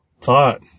thought